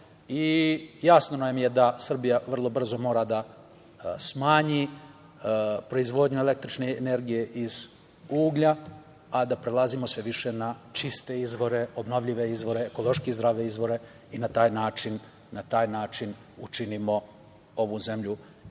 Jasno nam je da Srbija vrlo brzo mora da smanji proizvodnju električne energije iz uglja, a da prelazimo sve više na čiste izvore, obnovljive izvore, ekološki zdrave izvore i na taj način učinimo ovu zemlju zdravijom